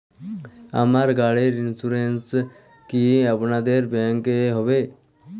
আমার গাড়ির ইন্সুরেন্স কি আপনাদের ব্যাংক এ হবে?